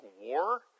War –